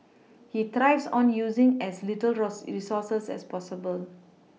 he thrives on using as little resources as possible